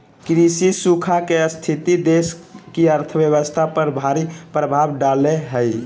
कृषि सूखा के स्थिति देश की अर्थव्यवस्था पर भारी प्रभाव डालेय हइ